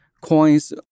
coins